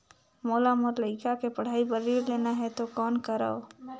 मोला मोर लइका के पढ़ाई बर ऋण लेना है तो कौन करव?